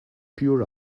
pure